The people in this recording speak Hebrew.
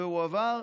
והוא עבר,